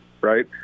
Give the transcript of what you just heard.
right